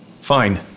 Fine